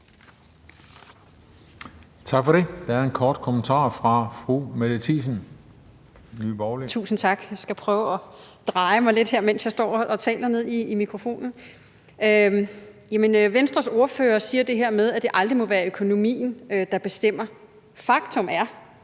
fra fru Mette Thiesen, Nye Borgerlige. Kl. 15:15 Mette Thiesen (NB): Tusind tak. Jeg skal prøve at dreje mig lidt, mens jeg står og taler ned i mikrofonen. Venstres ordfører siger, at det aldrig må være økonomien, der bestemmer. Faktum er,